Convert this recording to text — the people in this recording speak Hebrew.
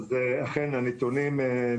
אין מה לעשות,